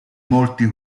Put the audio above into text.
molti